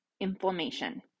inflammation